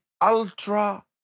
ultra-